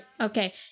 Okay